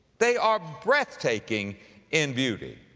they are breathtaking in beauty.